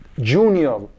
Junior